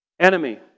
enemy